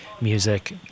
music